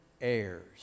Heirs